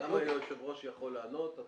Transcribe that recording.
גם היושב ראש יכול לענות.